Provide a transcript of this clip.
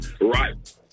Right